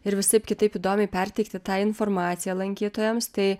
ir visaip kitaip įdomiai perteikti tą informaciją lankytojams tai